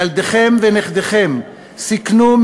ילדיכם ונכדיכם סיכנו,